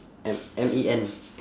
M M E N